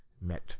met